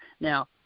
Now